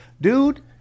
dude